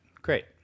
Great